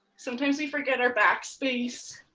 sometimes we forget our backspace.